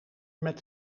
met